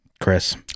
chris